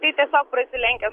tai tiesiog prasilenkia